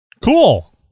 Cool